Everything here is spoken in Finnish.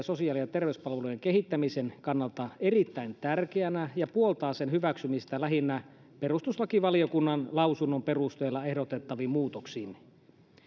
sosiaali ja terveyspalvelujen kehittämisen kannalta erittäin tärkeänä ja puoltaa sen hyväksymistä lähinnä perustuslakivaliokunnan lausunnon perusteella ehdotettavin muutoksin